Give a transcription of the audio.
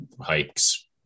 hikes